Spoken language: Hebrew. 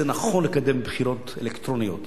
זה נכון לקדם בחירות אלקטרוניות,